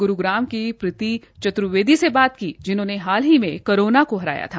गुरूग्राम की प्रीति चत्र्वेदी से बात की जिन्होंने हाल ही में उन्होंने कोरोना को हराया था